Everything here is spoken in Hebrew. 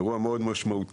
זה אירוע מאוד משמעותי,